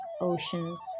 oceans